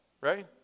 right